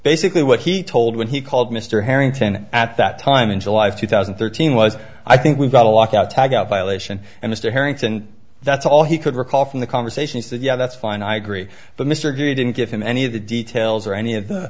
basically what he told when he called mr harrington at that time in july of two thousand and thirteen was i think we've got a lockout tag out violation and mr harrington that's all he could recall from the conversation he said yeah that's fine i agree but mr geary didn't give him any of the details or any of